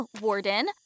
Warden